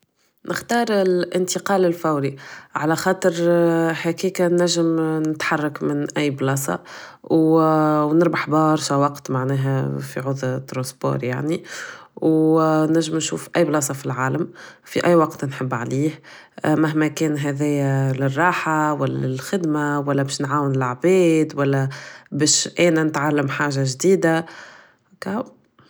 نختار الانتقال الفوري على خاطر هكاك نجم نتحرك من اي بلاصة و نربح برشا وقت معناها في عوض طرونسبور يعني و نجم نشوف اي بلاصة فلعالم في اي وقت نحب عليه مهما كان هدايا للراحة ولا لاخدمة ولا بش نعاون العباد ولا انا بش نتعلم حاجة جديدة اكاهو